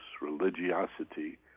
religiosity